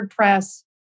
WordPress